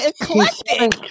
eclectic